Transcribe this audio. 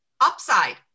upside